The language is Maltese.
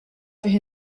fih